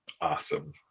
Awesome